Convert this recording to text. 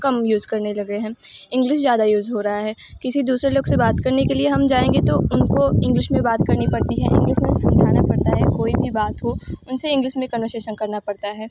कम use करने लगे हैं इंग्लिश ज़्यादा यूज़ हो रही है किसी दूसरे लोग से बात करने के लिए हम जाएंगे तो उनको इंग्लिश में बात करनी पड़ती है इंग्लिश में समझाना पड़ता है कोई भी बात हो उन से इंग्लिस में कन्वर्सेशन करना पड़ता है